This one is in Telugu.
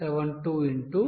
5672